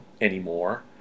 anymore